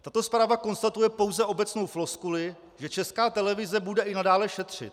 Tato zpráva konstatuje pouze obecnou floskuli, že Česká televize bude i nadále šetřit.